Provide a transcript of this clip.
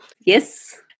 Yes